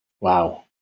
Wow